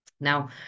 Now